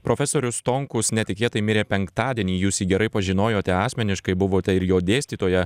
profesorius stonkus netikėtai mirė penktadienį jūs jį gerai pažinojote asmeniškai buvote ir jo dėstytoja